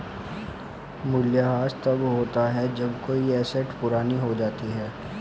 मूल्यह्रास तब होता है जब कोई एसेट पुरानी हो जाती है